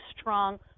strong